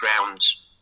grounds